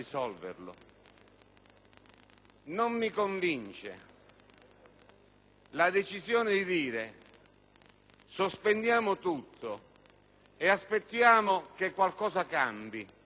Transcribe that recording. Non mi convince la decisione di sospendere tutto e aspettare che qualcosa cambi,